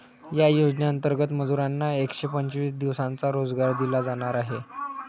या योजनेंतर्गत मजुरांना एकशे पंचवीस दिवसांचा रोजगार दिला जाणार आहे